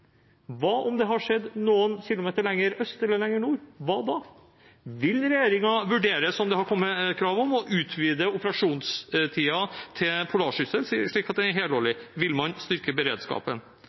Hva om det hadde skjedd noen kilometer lenger øst eller lenger nord – hva da? Vil regjeringen vurdere, som det har kommet krav om, å utvide operasjonstiden til «Polarsyssel», slik at den er helårlig? Vil man styrke beredskapen?